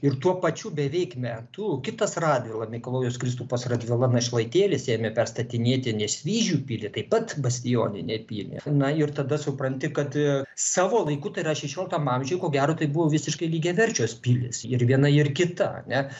ir tuo pačiu beveik metu kitas radvila mikalojus kristupas radvila našlaitėlis ėmė perstatinėti nesvyžių pilį taip pat bastioninę pilį na ir tada supranti kad savo laiku tai yra šešioliktam amžiuj ko gero tai buvo visiškai lygiaverčios pilys ir viena ir kita ar ne